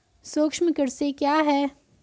सूक्ष्म कृषि क्या है?